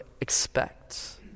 expect